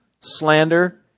slander